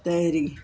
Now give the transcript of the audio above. ताहिहरी